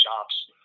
shops